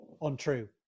untrue